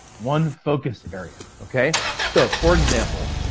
one focus area, okay? so for example,